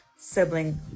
sibling